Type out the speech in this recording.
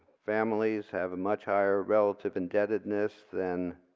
families have a much higher relative indebtedness than